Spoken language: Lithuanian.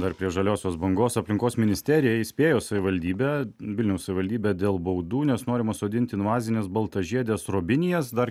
dar prie žaliosios bangos aplinkos ministerija įspėjo savivaldybę vilniaus savivaldybę dėl baudų nes norima sodinti invazines baltažiedes robinijes dar